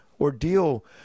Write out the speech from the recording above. ordeal